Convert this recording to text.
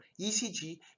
ECG